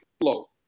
flow